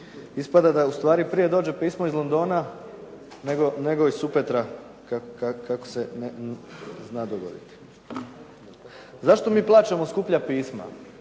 Ispada da pismo prije dođe iz Londona nego iz Supetra kako se zna dogoditi. Zašto mi plaćamo skuplja pisma?